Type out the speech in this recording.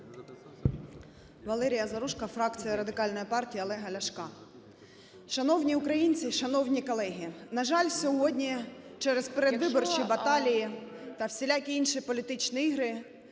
Валерія Заружко, фракція Радикальної партії Олега Ляшка. Шановні українці, шановні колеги, на жаль, сьогодні через передвиборчі баталії та всілякі інші політичні ігри